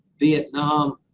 vietnam,